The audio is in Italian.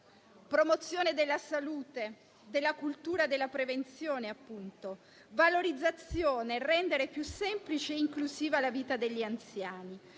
promozione della salute e della cultura della prevenzione, la valorizzazione e il rendere più semplice e inclusiva la vita degli anziani